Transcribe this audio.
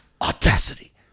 audacity